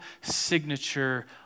signature